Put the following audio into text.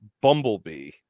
bumblebee